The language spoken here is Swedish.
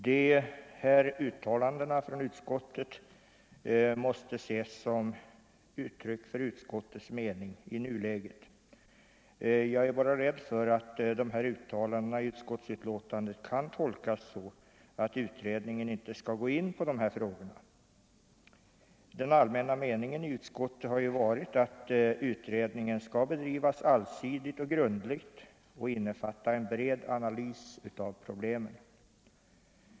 Dessa uttalanden från utskottet måste ses som uttryck för utskottets mening i nuläget. Jag är bara rädd för att dessa uttalanden i betänkandet kan tolkas så att utredningen inte skall gå in på dessa frågor. Den allmänna meningen i utskottet har ju varit att utredningen skall bedrivas allsidigt och grundligt och innefatta en bred analys av problemen.